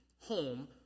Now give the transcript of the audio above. home